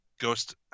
ghost